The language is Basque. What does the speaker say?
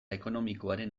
ekonomikoaren